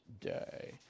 Day